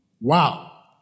Wow